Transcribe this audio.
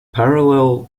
parallel